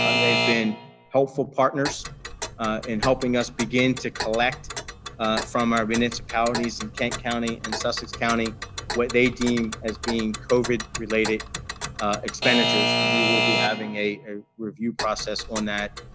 they've been helpful partners in helping us begin to collect from our municipalities in kent county and sussex county what they deem as being covid-related expenditures and we will be having a a review process on that,